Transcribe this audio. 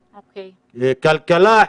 כלכלה,